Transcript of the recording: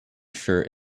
shirt